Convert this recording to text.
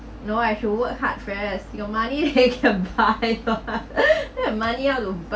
no I should work hard first you got money you can buy lor don't have money how to buy